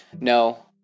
no